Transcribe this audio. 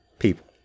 People